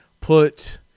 Put